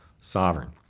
sovereign